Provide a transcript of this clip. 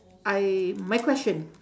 I my question